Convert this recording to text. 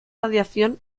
radiación